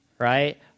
Right